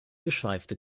geschweifte